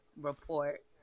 report